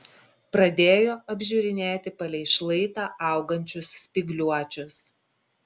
pradėjo apžiūrinėti palei šlaitą augančius spygliuočius